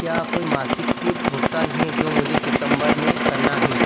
क्या कोई मासिक सिप भुगतान है जो मुझे सितंबर में करना है